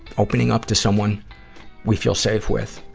opening up to someone we feel safe with.